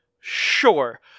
Sure